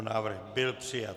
Návrh byl přijat.